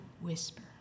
whisper